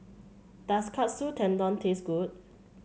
does Katsu Tendon taste good